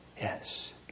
Yes